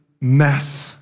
mess